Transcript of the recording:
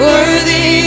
Worthy